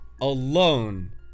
alone